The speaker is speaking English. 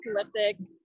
apocalyptic